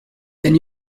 then